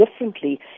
differently